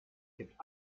gibt